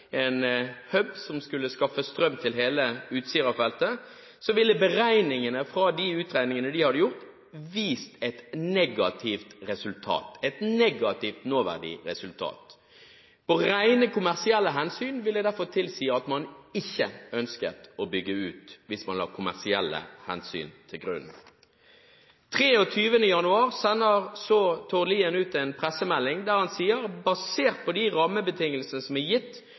en hub som skulle skaffe strøm til hele Utsira-feltet, ville beregningene fra de utregningene de hadde gjort, vist et negativt nåverdiresultat. Rene kommersielle hensyn ville derfor tilsi at man ikke ønsket å bygge ut, hvis man la kommersielle hensyn til grunn. Den 23. januar sender så Tord Lien ut en pressemelding der han sier: «Basert på de rammebetingelser som er gitt,